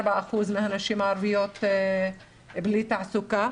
אחוזים מהנשים הערביות שהן בלי תעסוקה.